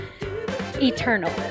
eternal